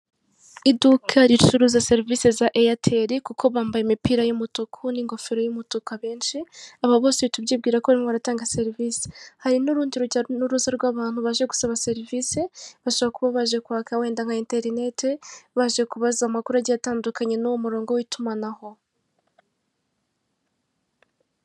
Iduka ricuruza serivisi za Airtel kuko bambaye imipira y'umutuku n'ingofero y'umutuku abenshi, aba bose uhita ubyibwira ko barimo baratanga serivisi, hari n'urundi rujya n'uruza rw'abantu baje gusaba serivisi bashobora kuba baje kwaka wenda nka interineti, baje kubaza amakuru agiye atandukanye n'uwo murongo w'itumanaho.